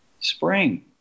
spring